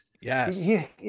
Yes